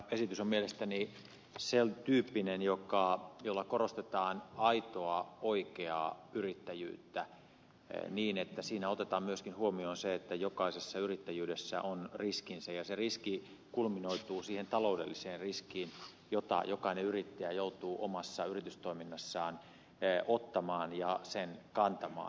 esitys on mielestäni sen tyyppinen jolla korostetaan aitoa oikeaa yrittäjyyttä niin että siinä otetaan myöskin huomioon se että jokaisessa yrittäjyydessä on riskinsä ja se riski kulminoituu siihen taloudelliseen riskiin jonka jokainen yrittäjä joutuu omassa yritystoiminnassaan ottamaan ja kantamaan